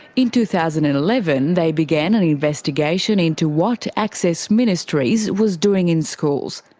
in two thousand and eleven they began an investigation into what access ministries was doing in schools.